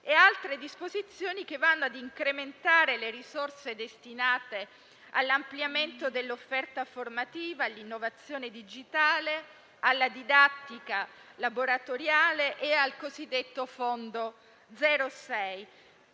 altre disposizioni che vanno ad incrementare le risorse destinate all'ampliamento dell'offerta formativa, all'innovazione digitale, alla didattica laboratoriale e al cosiddetto fondo 0-6,